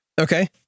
Okay